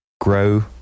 grow